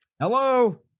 Hello